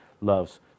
loves